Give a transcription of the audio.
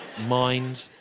mind